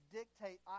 dictate